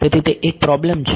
તેથી તે એક પ્રોબ્લમ છે